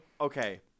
Okay